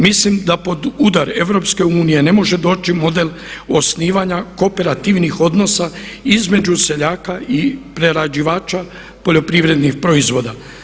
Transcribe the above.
Mislim da pod udar EU ne može doći model osnivanja kooperativnih odnosa između seljaka i prerađivača poljoprivrednih proizvoda.